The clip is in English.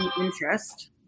interest